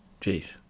Jeez